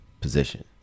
position